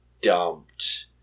dumped